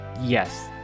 Yes